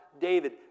David